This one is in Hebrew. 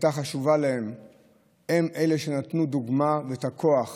הייתה חשובה להם היא שנתנה דוגמה וכוח